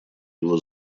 его